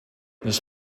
this